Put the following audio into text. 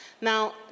Now